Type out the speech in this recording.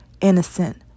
innocent